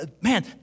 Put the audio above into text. man